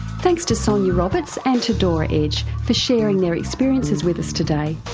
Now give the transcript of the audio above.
thanks to sonia roberts and to dora edge for sharing their experiences with us today.